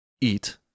Eat